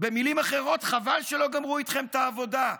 במילים אחרות: חבל שלא גמרו איתכם את העבודה.